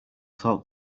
talk